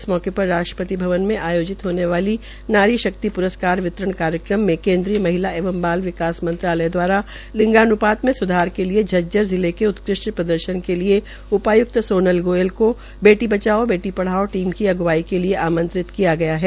इस मौके पर राष्ट्रपति भवन में आयोजित होने वाले नारी शक्ति प्रस्कार वितरण कार्यक्रम में केन्द्रीय महिला एवं बाल विकास मंत्रालय दवारा लिंगानुपात में सुधार के लिए झज्जर जिले के उत्कृष्ट प्रदर्शन करने के लिए उपायुक्त सोनल गोयल को बेटी पढ़ाओ बेटी बचाओ टीम की अग्वाई के लिए आंमत्रित किया गया है